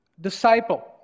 disciple